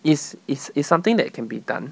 it's it's it's something that can be done